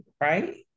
Right